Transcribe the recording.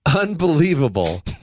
unbelievable